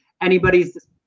anybody's